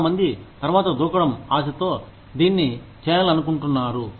చాలా మంది తర్వాత దూకడం ఆశతో దీన్ని చేయాలనుకుంటున్నారు